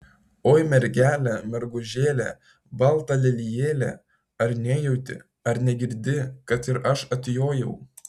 oi mergele mergužėle balta lelijėle ar nejauti ar negirdi kad ir aš atjojau